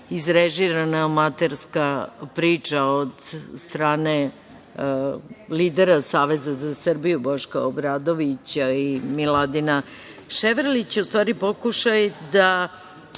izrežirana amaterska priča od strane lidera Saveza za Srbiju Boška Obradovića i Miladina Ševarlića, u stvari, pokušaj da